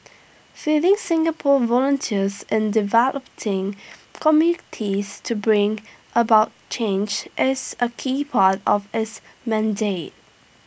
fielding Singapore volunteers in communities to bring about change is A key part of its mandate